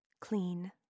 Clean